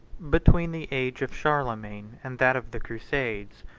between the age of charlemagne and that of the crusades,